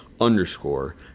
underscore